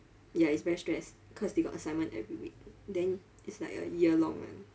ya it's very stress cause they got assignment every week then it's like a year long [one]